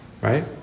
right